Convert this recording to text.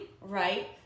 right